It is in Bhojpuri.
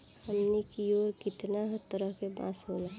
हमनी कियोर कितना तरह के बांस होला